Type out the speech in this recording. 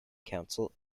council